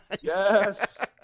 Yes